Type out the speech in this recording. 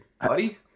buddy